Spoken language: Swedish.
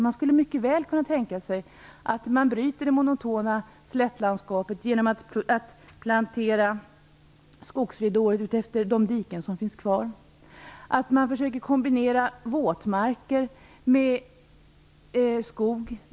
Man skulle mycket väl kunna tänka sig att bryta det monotona slättlandskapet genom att plantera skogsridåer utefter de diken som finns kvar. Man kunde kombinera våtmarker med skog.